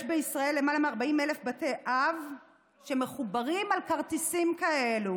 בישראל למעלה מ-40,000 בתי אב שמחוברים עם כרטיסים כאלו,